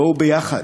בואו ביחד,